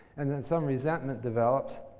and then some resentment develops.